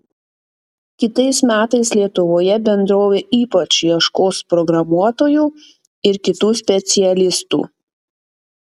kitais metais lietuvoje bendrovė ypač ieškos programuotojų ir kitų specialistų